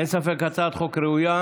אין ספק, הצעת חוק ראויה,